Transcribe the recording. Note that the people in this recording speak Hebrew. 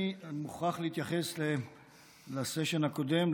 אני מוכרח להתייחס לסשן הקודם,